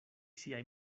siaj